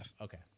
Okay